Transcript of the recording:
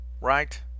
Right